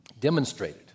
demonstrated